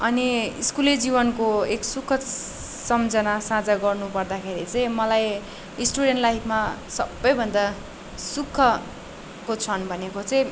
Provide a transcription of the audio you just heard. अनि स्कुले जिवनको एक सुखद सम्झना साझा गर्नु पर्दाखेरि चाहिँ मलाई स्टुडेन्ट लाइफमा सबैभन्दा सुखको क्षण भनेको चाहिँ